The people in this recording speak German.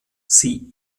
sie